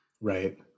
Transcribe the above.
Right